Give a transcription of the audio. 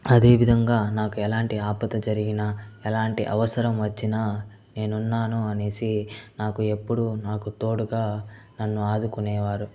అదేవిధంగా నాకు ఎలాంటి ఆపద జరిగిన ఎలాంటి అవసరం వచ్చిన నేను ఉన్నాను అనేసి నాకు ఎప్పుడూ నాకు తోడుగా నన్ను ఆదుకొనేవారు